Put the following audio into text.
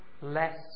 less